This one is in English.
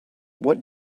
what